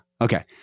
Okay